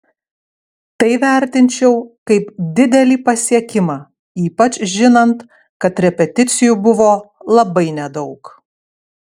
tai vertinčiau kaip didelį pasiekimą ypač žinant kad repeticijų buvo labai nedaug